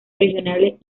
regionales